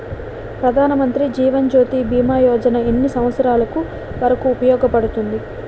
ప్రధాన్ మంత్రి జీవన్ జ్యోతి భీమా యోజన ఎన్ని సంవత్సారాలు వరకు ఉపయోగపడుతుంది?